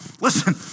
Listen